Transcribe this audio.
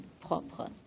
propre